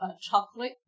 chocolate